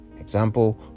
Example